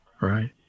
right